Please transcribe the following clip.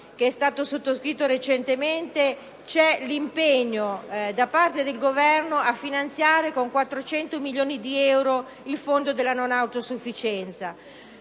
per la salute, sottoscritto recentemente, vi è l'impegno del Governo a finanziare con 400 milioni di euro il Fondo per la non autosufficienza.